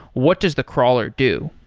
what does the crawler do?